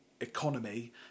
economy